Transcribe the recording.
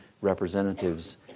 representatives